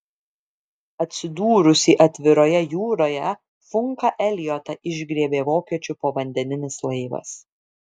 atsidūrusį atviroje jūroje funką eliotą išgriebė vokiečių povandeninis laivas